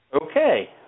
Okay